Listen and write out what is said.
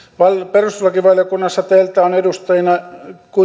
perustuslakivaliokunnassa teiltä ovat edustajina